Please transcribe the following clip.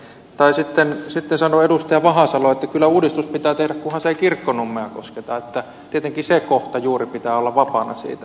tai sitten sanoo edustaja vahasalo että kyllä uudistus pitää tehdä kunhan se ei kirkkonummea kosketa että tietenkin se kohta juuri pitää olla vapaana siitä